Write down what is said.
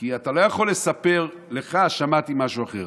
כי אתה לא יכול לספר: שמעתי משהו אחר.